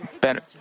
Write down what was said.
better